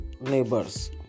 neighbors